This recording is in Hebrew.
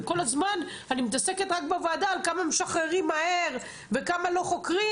וכל הזמן אני מתעסקת רק בוועדה על כמה משחררים מהר וכמה לא חוקרים,